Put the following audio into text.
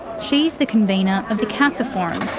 she's the convenor of the casa forum.